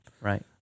Right